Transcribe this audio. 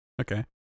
Okay